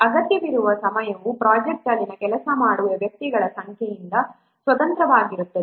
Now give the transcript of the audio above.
ಅಗತ್ಯವಿರುವ ಸಮಯವು ಪ್ರೊಜೆಕ್ಟ್ ಅಲ್ಲಿ ಕೆಲಸ ಮಾಡುವ ವ್ಯಕ್ತಿಗಳ ಸಂಖ್ಯೆಯಿಂದ ಸ್ವತಂತ್ರವಾಗಿರುತ್ತದೆ